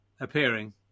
appearing